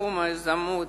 בתחום היזמות